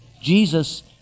Jesus